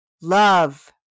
love